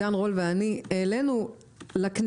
עידן רול ואני העלינו לכנת,